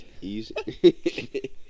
Easy